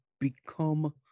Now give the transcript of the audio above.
become